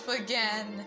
again